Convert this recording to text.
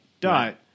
Dot